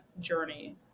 journey